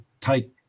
take